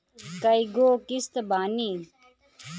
कय गो किस्त बानी?